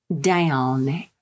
down